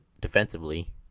defensively